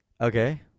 Okay